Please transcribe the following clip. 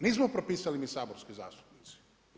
Nismo propisali mi saborski zastupnici.